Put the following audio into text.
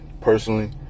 personally